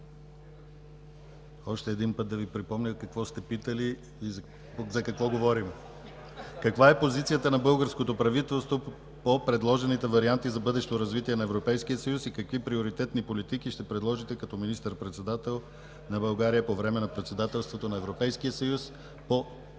Още един път да Ви припомня какво сте питали и за какво говорим: каква е позицията на българското правителство по предложените варианти за бъдещо развитие на Европейския съюз и какви приоритетни политики ще предложите като министър председател на България по време на председателството на